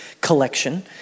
collection